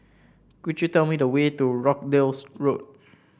could you tell me the way to Rochdale Road